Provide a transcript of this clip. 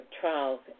trials